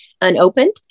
unopened